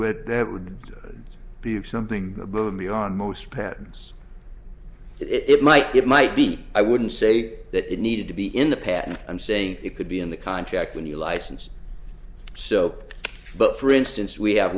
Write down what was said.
would that would be something above and beyond most patterns it might it might be i wouldn't say that it needed to be in the past i'm saying it could be in the contract when you license so but for instance we have